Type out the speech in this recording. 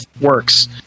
works